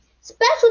Special